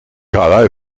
cada